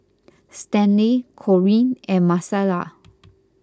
Stanley Corinne and Marcela